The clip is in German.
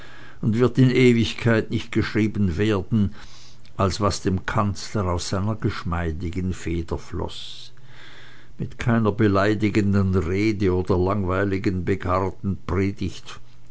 und wird in ewigkeit nicht geschrieben werden als was dem kanzler aus seiner geschmeidigen feder floß mit keiner beleidigenden rede oder langweiligen beghardenpredigt